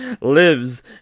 lives